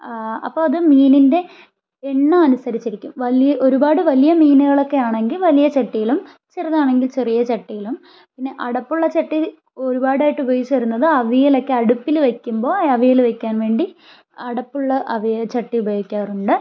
അപ്പം അത് മീനിൻ്റെ എണ്ണം അനുസരിച്ച് ഇരിക്കും വലി ഒരുപാട് വലിയ മീനുകളൊക്കെ ആണെങ്കിൽ വലിയ ചട്ടിയിലും ചെറുതാണെങ്കിൽ ചെറിയ ചട്ടിയിലും പിന്നെ അടപ്പുള്ള ചട്ടി ഒരുപാടായിട്ട് ഉപയോഗിച്ച് വരുന്നത് അവിയലൊക്കെ അടുപ്പിൽ വയ്ക്കുമ്പോൾ അവിയൽ വയ്ക്കാൻ വേണ്ടി അടപ്പുള്ള അവി ചട്ടി ഉപയോഗിക്കാറുണ്ട്